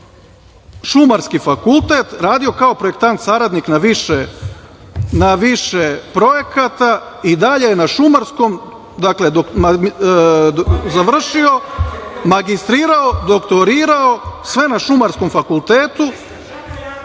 Šumarski fakultet, radio kao projektant saradnik na više projekata i dalje je na Šumarskom, završio, magistrirao, doktorirao, sve na Šumarskom fakultetu